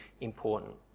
important